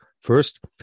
first